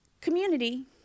community